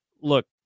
look